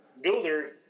builder